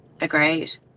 agreed